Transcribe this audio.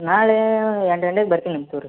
ನಾಳೆ ಎಂಟು ಗಂಟೆಗೆ ಬರ್ತೀನಿ ನಿಮ್ಮ ತೂರ್